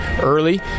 early